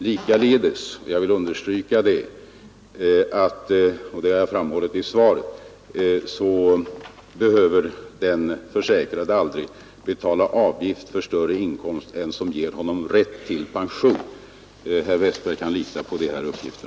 Likaledes vill jag understryka, som jag har framhållit i svaret, att den försäkrade aldrig behöver betala avgift för större inkomst än som ger honom rätt till pension. Herr Westberg kan lita på dessa uppgifter.